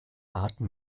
arten